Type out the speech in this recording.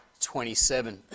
27